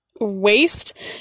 waste